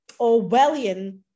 Orwellian